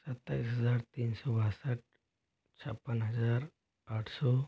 सत्ताइस हजार तीन सौ बासठ छप्पन हजार आठ सौ